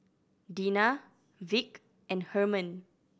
Dena Vic and Hermann